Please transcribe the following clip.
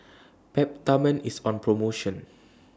Peptamen IS on promotion